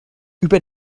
über